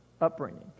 upbringing